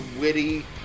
witty